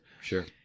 sure